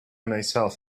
myself